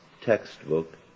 textbook